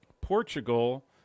Portugal